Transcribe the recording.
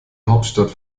hauptstadt